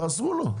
תעזרו לו.